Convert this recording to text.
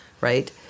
right